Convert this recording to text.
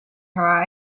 her